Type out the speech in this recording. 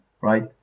Right